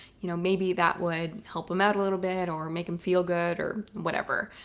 you know, maybe that would help him out a little bit, or make them feel good, or whatever.